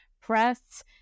Press